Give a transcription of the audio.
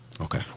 Okay